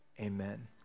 amen